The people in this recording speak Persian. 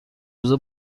روزه